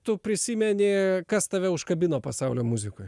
tu prisimeni kas tave užkabino pasaulio muzikoj